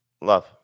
Love